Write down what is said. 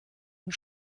und